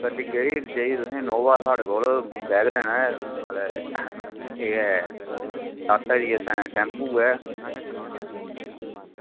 गड्डी केह्ड़ी चाहिदी तुसें इनोवा वैगन आर ऐ साढ़े कोल मतलब ते सत्त आदमी आस्तै टैम्पो ऐ